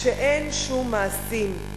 כשאין שום מעשים.